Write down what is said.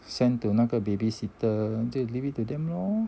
sent to 那个 babysitter 这 leave it to them lor